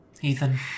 Ethan